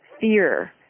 fear